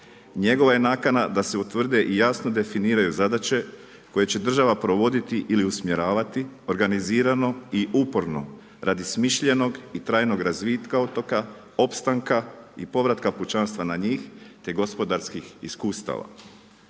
Njegova je nakana da se utvrde i jasno definiraju zadaće koje će država provoditi ili usmjeravati organizirano i uporno radi smišljenog i trajnog razvitka otoka, opstanka i povratka kućanstva na njih te gospodarskih iskustava.